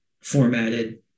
formatted